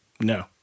no